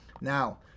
now